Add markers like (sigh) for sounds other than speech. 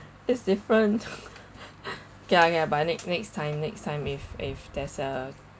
it's different (laughs) okay I I but next next time next time if if there's a